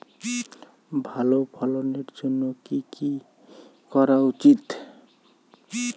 ভালো ফলনের জন্য কি কি করা উচিৎ?